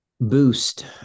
boost